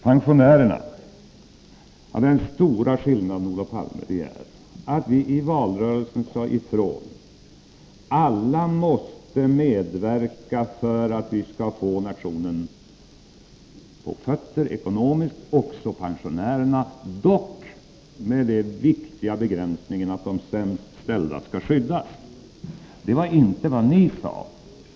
Pensionärerna: Den stora skillnaden, Olof Palme, är att vi i valrörelsen sade ifrån att alla måste medverka för att ekonomiskt få nationen på fötter — också pensionärerna, dock med den viktiga begränsningen att de sämst ställda skall skyddas. Det var inte vad ni sade.